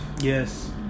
Yes